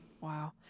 Wow